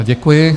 Děkuji.